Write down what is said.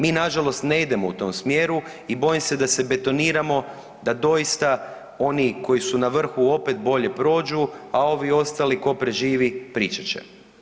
Mi nažalost ne idemo u tom smjeru i bojim se da se betoniramo, da doista oni koji su na vrhu opet bolje prođu, a ovi ostali tko preživi pričat će.